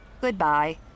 Goodbye